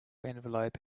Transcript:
envelope